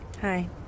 Hi